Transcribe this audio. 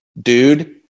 dude